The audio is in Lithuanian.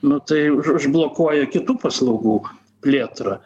nu tai užblokuoja kitų paslaugų plėtrą